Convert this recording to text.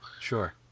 Sure